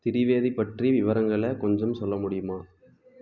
திரிவேதி பற்றி விவரங்களை கொஞ்சம் சொல்ல முடியுமா